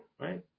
right